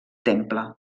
temple